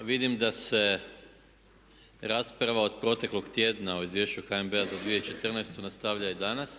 vidim da se rasprava od proteklog tjedna o izvješću HNB-a za 2014. nastavlja i danas